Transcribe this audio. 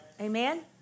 Amen